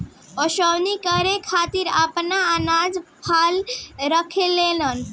ओसौनी करके खेतिहर आपन अनाज साफ करेलेन